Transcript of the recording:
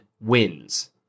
wins